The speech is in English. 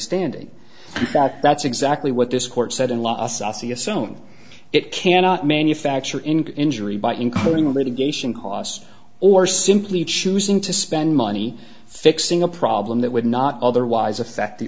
standing that's exactly what this court said in law a saucy assume it cannot manufacture in injury by including litigation costs or simply choosing to spend money fixing a problem that would not otherwise affect the